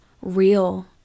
real